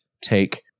take